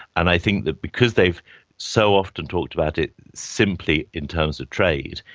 and i think that because they've so often talked about it simply in terms of trade,